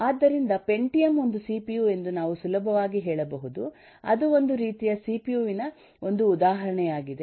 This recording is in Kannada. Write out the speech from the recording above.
ಆದ್ದರಿಂದ ಪೆಂಟಿಯಮ್ ಒಂದು ಸಿಪಿಯು ಎಂದು ನಾವು ಸುಲಭವಾಗಿ ಹೇಳಬಹುದು ಅದು ಒಂದು ರೀತಿಯ ಸಿಪಿಯು ವಿನ ಒಂದು ಉದಾಹರಣೆಯಾಗಿದೆ